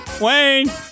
Wayne